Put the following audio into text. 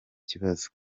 kibazo